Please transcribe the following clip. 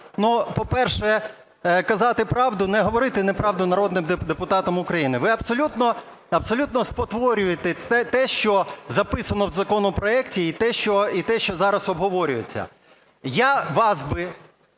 так, по-перше, казати правду, не говорити неправду народним депутатам України. Ви абсолютно спотворюєте те, що записано в законопроекті і те, що зараз обговорюється. Я вас би,